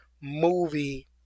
movie